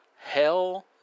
Hell